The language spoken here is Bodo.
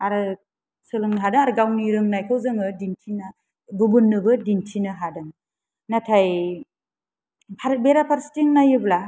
आरो सोलोंनो हादो आरो गावनि रोंनायखौ जोङो दिन्थिना गुबुननोबो दिन्थिनो हादों नाथाय आरो बेरा फारसेथिं नायोब्ला